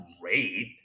great